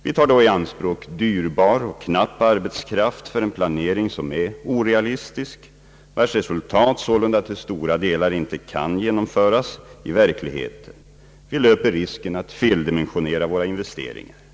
Vi tar då i anspråk dyrbar och knapp arbetskraft för en planering som är orealistisk, vars resultat sålun da till stora delar inte kan genomföras i verkligheten. Vi löper risken att feldimensionera våra investeringar.